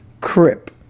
Crip